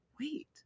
wait